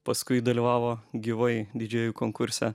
paskui dalyvavo gyvai didžėjų konkurse